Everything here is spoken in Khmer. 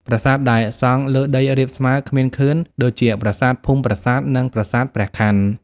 ប្រាសាទដែលសង់លើដីរាបស្មើ គ្មានខឿន ដូចជាប្រាសាទភូមិប្រាសាទ និងប្រាសាទព្រះខាន់។